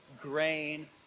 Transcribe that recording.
grain